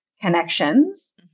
connections